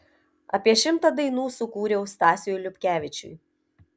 apie šimtą dainų sukūriau stasiui liupkevičiui